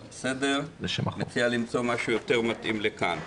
אני מציע למצוא משהו יותר מתאים לכאן.